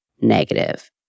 negative